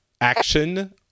action